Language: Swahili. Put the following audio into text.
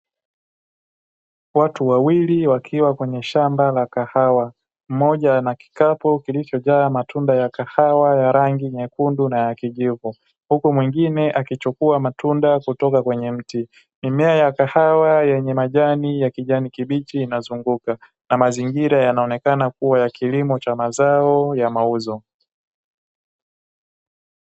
Watu wawili wakiwa kwenye shamba la kahawa mmoja ana kikapo kilichojaa matunda ya kahawa ya rangi nyekundu na yakijivu uku mwingine akichukua matunda kutoka kwenye mti mimea ya kahawa yenye majani ya kijani kibichi na mazingira yanaonekana kuwa ya kilimo cha mazao ya mauzo.